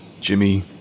Jimmy